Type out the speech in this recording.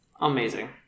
Amazing